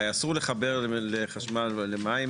הרי אסור לחבר חשמל ומים,